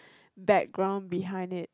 background behind it